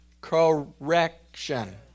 correction